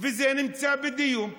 וזה נמצא בדיון.